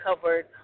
covered